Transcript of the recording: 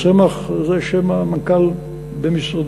צמח זה שם מנכ"ל משרדי,